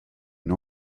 une